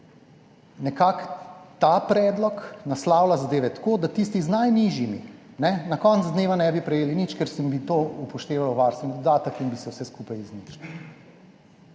nekako ta predlog naslavlja zadeve tako, da tisti z najnižjimi na koncu dneva ne bi prejeli nič, ker bi se upoštevalo varstveni dodatek in bi se vse skupaj izničilo.